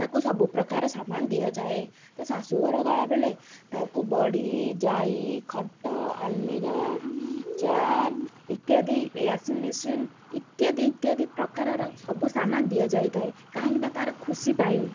ତାକୁ ସବୁ ପ୍ରକାର ସାମାନ ଦିଆଯାଏ ତା ଶାଶୁଘର ଗଳା ବେଳେ ତାକୁ ବଢ଼ି ଜାଇ ଖଟ ଆଲମିରା ଚେୟାର୍ ଇତ୍ୟାଦି ୱାସିଂ ମେସିନ୍ ଇତ୍ୟାଦି ଇତ୍ୟାଦି ପ୍ରକାରର ସବୁ ସାମାନ ଦିଆଯାଇଥାଏ କାହିଁକିନା ତାର ଖୁସି ପାଇଁ